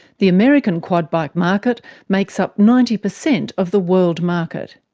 the american quad bike market makes up ninety percent of the world market.